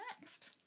next